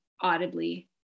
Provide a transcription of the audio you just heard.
audibly